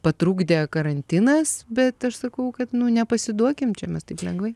patrukdė karantinas bet aš sakau kad nepasiduokim čia mes taip lengvai